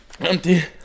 empty